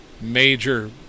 major